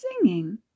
singing